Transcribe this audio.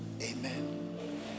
amen